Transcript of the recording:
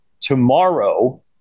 tomorrow